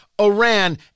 Iran